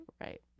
right